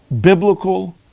biblical